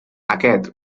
aquest